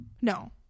no